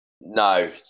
No